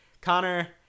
Connor